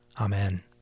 Amen